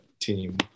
team